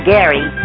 Gary